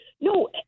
No